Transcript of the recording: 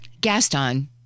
Gaston